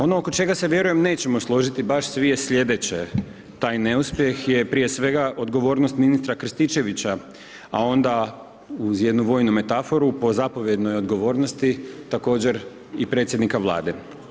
Ono oko čega se vjerujem nećemo složiti baš svi je slijedeće, taj neuspjeh je prije svega odgovornost ministra Krstičevića, a onda uz jednu vojnu metaforu po zapovjednoj odgovornosti također i predsjednika Vlade.